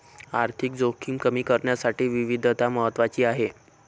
आर्थिक जोखीम कमी करण्यासाठी विविधता महत्वाची आहे